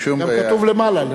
גם כתוב למעלה.